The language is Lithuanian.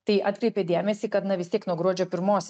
tai atkreipė dėmesį kad na vis tiek nuo gruodžio pirmos